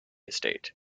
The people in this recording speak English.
estate